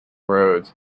roads